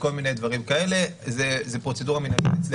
זו פרוצדורה מנהלית אצלנו.